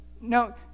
No